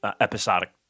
episodic